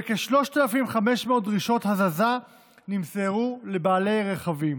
וכ-3,500 דרישות הזזה נמסרו לבעלי רכבים.